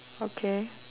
okay